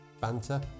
Banter